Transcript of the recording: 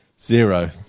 Zero